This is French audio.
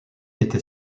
était